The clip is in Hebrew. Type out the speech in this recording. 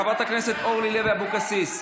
חברת הכנסת אורלי לוי אבקסיס,